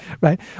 right